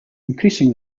increasing